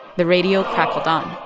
the radio crackled on